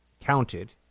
counted